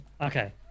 Okay